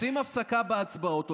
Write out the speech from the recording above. עושים הפסקה בהצבעות,